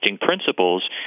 principles